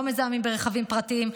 לא מזהמים ברכבים פרטיים.